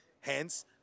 hence